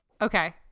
okay